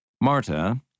Marta